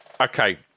Okay